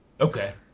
Okay